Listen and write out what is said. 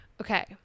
Okay